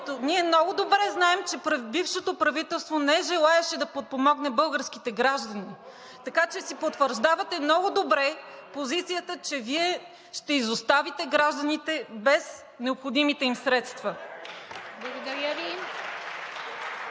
Ние много добре знаем, че бившето правителство не желаеше да подпомогне българските граждани. Вие си потвърждавате много добре позицията, че ще изоставите гражданите без необходимите им средства. (Ръкопляскания